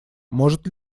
может